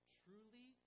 truly